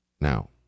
Now